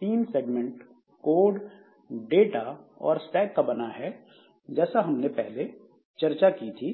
तीन segment code data और stack का बना है जैसा हमने पहले चर्चा की थी